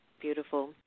Beautiful